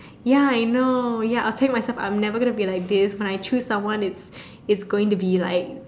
ya I know ya I tell myself I'm never going to be like this when I choose someone it's it's going to be like